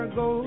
go